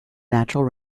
natural